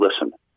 listen